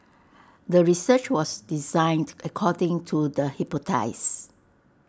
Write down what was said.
the research was designed according to the hypothesis